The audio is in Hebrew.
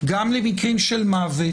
גם למקרים של מוות.